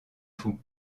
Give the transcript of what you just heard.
fou